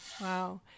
Wow